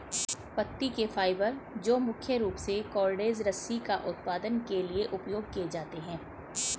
पत्ती के फाइबर जो मुख्य रूप से कॉर्डेज रस्सी का उत्पादन के लिए उपयोग किए जाते हैं